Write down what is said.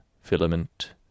filament